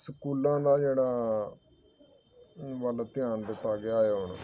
ਸਕੂਲਾਂ ਦਾ ਜਿਹੜਾ ਵੱਲ ਧਿਆਨ ਦਿੱਤਾ ਗਿਆ ਹੈ ਹੁਣ